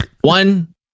one